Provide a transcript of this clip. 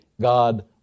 God